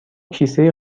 کیسه